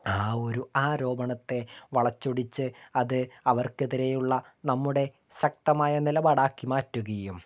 ആ ഒരു ആരോപണത്തേ വളച്ചൊടിച്ച് അത് അവർക്കെതിരെയുള്ള നമ്മുടെ ശക്തമായ നിലപാടാക്കി മാറ്റുകയും